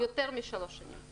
יותר משלוש שנים.